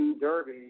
Derby